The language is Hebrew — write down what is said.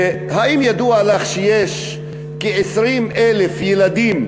האם ידוע לך שיש כ-20,000 ילדים,